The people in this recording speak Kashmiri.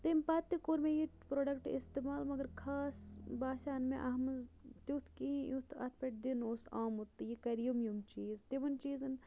تَمہِ پَتہٕ تہِ کوٚر مےٚ یہِ پرٛوڈَکٹ استعمال مگر خاص باسیو نہٕ مےٚ اَتھ منٛز تیُتھ کِہیٖنۍ یُتھ اَتھ پٮ۪ٹھ دِنہٕ اوس آمُت تہٕ یہِ کَرِ یِم یِم چیٖز تِمَن چیٖزَن